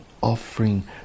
offering